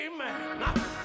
amen